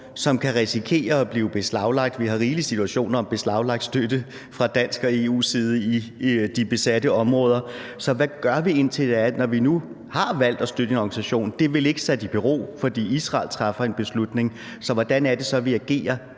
de kan risikere at blive beslaglagt. Vi har rigelige eksempler på, at støtte fra Danmark og EU er blevet beslaglagt i de besatte områder. Så hvad gør vi indtil da, når vi nu har valgt at støtte en organisation? Det er vel ikke sat i bero, fordi Israel træffer en beslutning? Så hvordan agerer